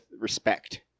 Respect